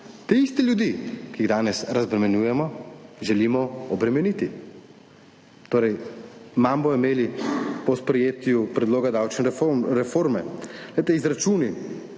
te iste ljudi, ki jih danes razbremenjujemo, želimo obremeniti. Torej, manj bojo imeli po sprejetju predloga davčne reforme. Glejte,